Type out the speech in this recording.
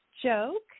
Joke